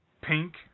pink